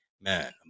man